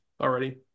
already